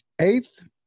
eighth